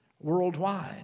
worldwide